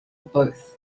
both